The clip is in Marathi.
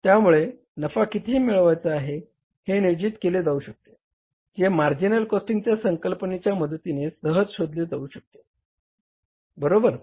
त्यामुळे नफा किती मिळवायचा आहे हे नियोजित केले जाऊ शकते जे मार्जिनल कॉस्टिंगच्या संकल्पनेच्या मदतीने सहज शोधले जाऊ शकते बरोबर